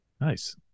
Nice